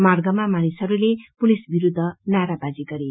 माग्रमा मानिसहरूले पुलिस विरूद्ध नारावाजी गरे